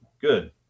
good